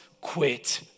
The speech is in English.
quit